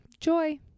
joy